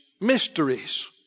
mysteries